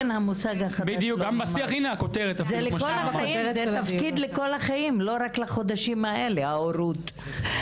זה תפקיד לכל החיים, לא רק לחודשים האלה ההורות.